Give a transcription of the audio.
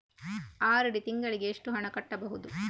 RD ತಿಂಗಳಿಗೆ ಎಷ್ಟು ಹಣ ಕಟ್ಟಬಹುದು?